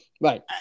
Right